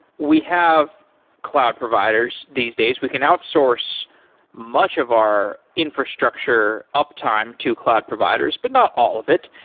we have cloud providers these days. we can outsource much of our infrastructure uptime to cloud providers, but not all of it.